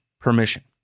permission